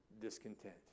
discontent